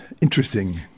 interesting